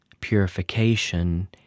Purification